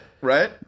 Right